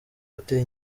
buteye